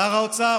שר האוצר,